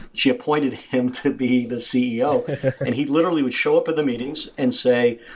she appointed him to be the ceo and he literally would show up at the meetings and say,